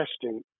testing